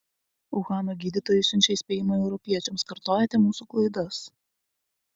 uhano gydytojai siunčia įspėjimą europiečiams kartojate mūsų klaidas